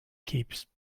keeps